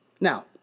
Now